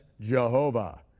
Jehovah